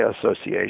Association